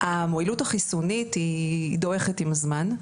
המועילות החיסונית היא דועכת עם הזמן,